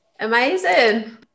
amazing